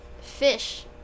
fish